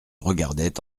regardaient